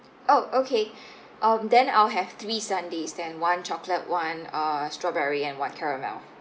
oh okay um then I'll have three sundaes then one chocolate [one] uh strawberry and one caramel